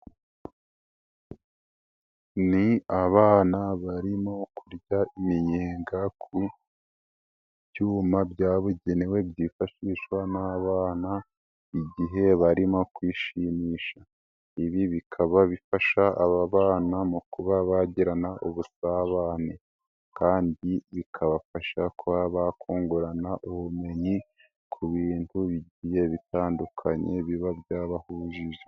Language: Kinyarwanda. Ni abana barimo kurya iminyega ku byuma byabugenewe byifashishwa n'abana igihe barimo kwishimisha, ibi bikaba bifasha aba bana mu kuba bagirana ubusabane kandi bikabafasha kungurana ubumenyi ku bintu bitandukanye biba byabahujije.